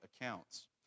accounts